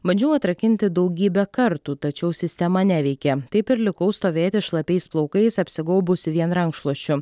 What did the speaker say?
bandžiau atrakinti daugybę kartų tačiau sistema neveikė taip ir likau stovėti šlapiais plaukais apsigaubusi vien rankšluosčiu